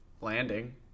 landing